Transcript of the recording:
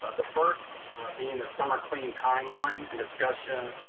ah the first being the summer clean timeline and discussion,